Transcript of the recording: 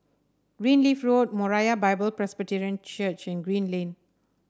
Greenleaf Road Moriah Bible Presby Church and Green Lane